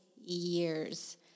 years